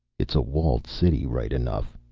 it's a walled city, right enough,